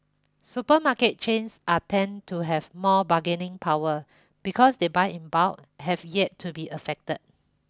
supermarket chains are tend to have more bargaining power because they buy in bulk have yet to be affected